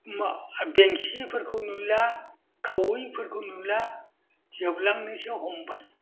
मा बेंसिफोरखौ नुला खावैफोरखौ नुला जोब्लांनोसो हमबाय